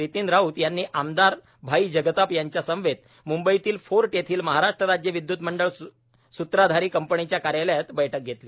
नितीन राऊत यांनी आमदार भाई जगताप यांच्यासमवेत फोर्ट येथील महाराष्ट्र राज्य विदयुत मंडळ सुत्राधारी कंपनीच्या कार्यालयात बैठक घेतली